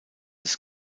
des